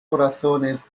corazones